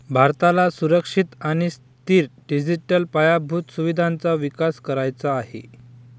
भारताला सुरक्षित आणि स्थिर डिजिटल पायाभूत सुविधांचा विकास करायचा आहे